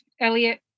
Elliot